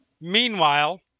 Meanwhile